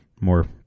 more